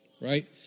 right